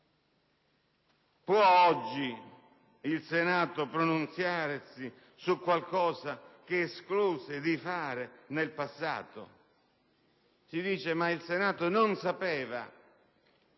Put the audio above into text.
Può oggi il Senato pronunziarsi su qualcosa che escluse di fare in passato? Si obietta che il Senato non sapeva